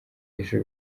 ejo